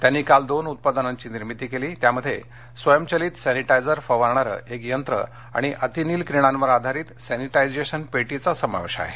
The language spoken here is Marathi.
त्यांनी काल दोन उत्पादनांची निर्मिती केली त्यामध्ये स्वयंचलित सॅनिटायझर फवारणार एक यंत्र आणि अतिनील किरणावर आधारित सॅनिटायझेशन पेटीचा समावेश आहे